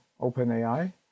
OpenAI